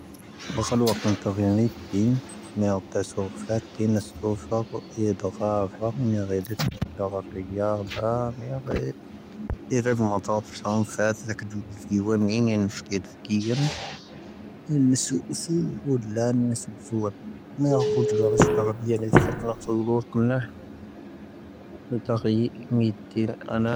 ⵎⴰⴽⵀⴰⵍⵓ'ⴰ pⴰⵏ ⵜⴰⵔⵉ'ⴰⵏ ⵏⵉⵜⵉ'ⵏ, ⵎⴻ'ⴰ ⵜⴰⵉⵙo ⴼⴰⵜⵉ'ⵏ ⵏⴰⵉⵙo ⴼⴰⵡⵔ'ⴻ ⴷⴰⴳⵀⴰv ⵔⴰⵎ'ⴻ'ⴰ,. ⵎⴻ'ⴰ ⵔ'ⴻ ⴷⵉⵜⵀⵉ'ⵏ ⴷⴰⴳⵀⴰv ⵔⵉⴳⵀⵉⴰ'ⴰ, ⵎⴻ'ⴰ ⵔ'ⴻ ⴷⵉⵜⵀⵉ'ⵏ ⴷⴰⴳⵀⴰv ⵔⴰⵎ'ⴻ'ⴰ. ⴻⵔⴻ'voⵏ ⵎⴰⵜⴰⵡⴰⵜ'ⴼ ⵙⴰⵏⴼⴰⵜ'ⵣ ⴻⴽⴰⴷⵓⵜ ⴷⵉⴼⴳⵉvoⵏ ⵏ'ⵉⵏⴳⵉⵏ ⵙⵀⴽⵉⴷⴼ ⴳⵉ'ⵏ. ⵉ'ⵏ ⵏⵉⵙⵓ ⵓⴼⵉⵍ ⵀoⴷ ⵍⴰⵏ ⵏⴰⵉⵙo ⴷⵀⵡⴰⴷ, ⵎⴻ'ⴰ ⵀoⴷ ⵍoⵔ'ⴻ ⵙⵀⵜⴰvⴰⴷ ⵍⵉ'ⵏ ⴻⴽⴰⴷⵓⵜ ⵍoⵔ'ⴻ,. ⵜⴰⵡoⵍoⵔ'ⴻ ⴽⵓⵍ ⵏⴰ'ⵀ, ⵏⴰⵉⵙo ⵜⴰⵔⵉ'ⵏ ⵎⵉⵜⵉ'ⵏ ⴰⵏⴰⴰ'ⴰ.